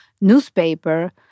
newspaper